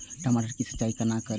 टमाटर की सीचाई केना करी?